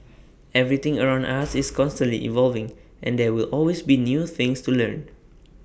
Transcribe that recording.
everything around us is constantly evolving and there will always be new things to learn